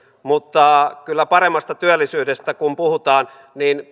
mutta paremmasta työllisyydestä kun puhutaan niin